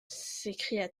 s’écria